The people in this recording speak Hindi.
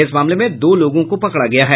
इस मामले में दो लोगों को पकड़ा गया है